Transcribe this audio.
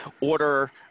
order